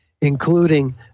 including